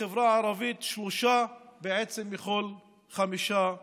ובחברה הערבית מדובר בעצם בשלושה מכל חמישה אזרחים.